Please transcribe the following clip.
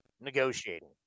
negotiating